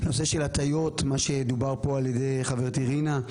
הנושא של הטיות, מה שדובר פה על ידי חברתי, רינה.